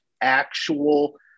actual